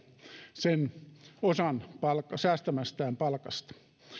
sen osan säästämästään palkasta